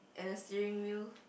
and a steering wheel